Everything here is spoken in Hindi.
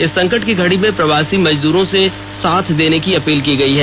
इस संकट की घड़ी में प्रवासी मजदूरों से साथ देने की अपील की है